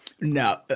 No